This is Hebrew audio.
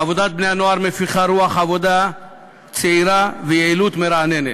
עבודת בני-הנוער מפיחה רוח עבודה צעירה ויעילות מרעננת.